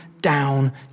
down